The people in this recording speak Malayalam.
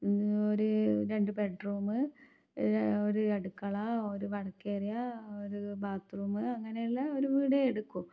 ഒരു രണ്ട് ബെഡ്റൂമ് ഒരു അടുക്കള ഒരു വർക്കേരിയ ഒരു ബാത്രൂമ് അങ്ങനെയുള്ള ഒരു വീട് എടുക്കൂ